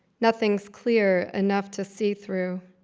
nothing's clear enough to see through.